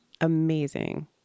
Amazing